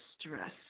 stress